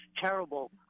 terrible